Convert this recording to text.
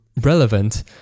relevant